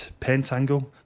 Pentangle